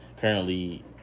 currently